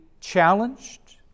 challenged